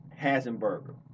Hasenberger